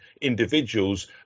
individuals